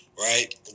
Right